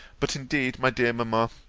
but indeed, my dear mamma,